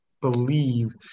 believe